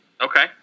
Okay